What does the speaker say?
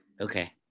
Okay